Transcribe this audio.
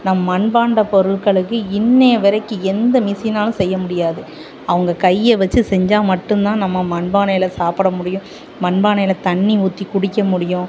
நம் மண்பாண்ட பொருட்களுக்கு இன்றை வரைக்கும் எந்த மிஷினாலும் செய்ய முடியாது அவங்க கையை வச்சி செஞ்சால் மட்டும்தான் நம்ம மண்பானையில் சாப்பிட முடியும் மண்பானையில் தண்ணி ஊற்றி குடிக்க முடியும்